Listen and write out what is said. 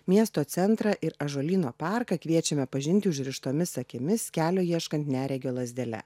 miesto centrą ir ąžuolyno parką kviečiame pažinti užrištomis akimis kelio ieškant neregio lazdele